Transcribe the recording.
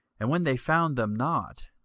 and when they found them not,